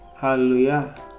Hallelujah